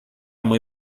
muy